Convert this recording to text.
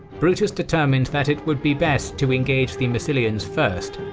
brutus determined that it would be best to engage the massilians first,